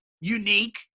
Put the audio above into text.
unique